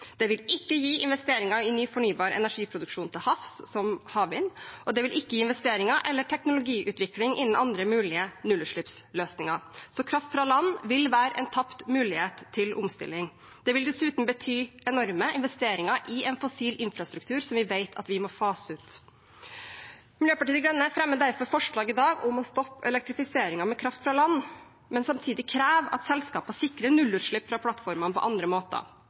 Det vil ikke gi investeringer i ny fornybar energiproduksjon til havs, som havvind, og det vil ikke gi investeringer eller teknologiutvikling innen andre mulige nullutslippsløsninger. Så kraft fra land vil være en tapt mulighet til omstilling. Det vil dessuten bety enorme investeringer i en fossil infrastruktur som vi vet at vi må fase ut. Miljøpartiet De Grønne fremmer i dag derfor forslag om å stoppe elektrifiseringen med kraft fra land, men samtidig kreve at selskapene sikrer nullutslipp fra plattformene på andre måter.